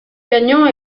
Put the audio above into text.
gagnant